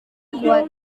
kuat